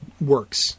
works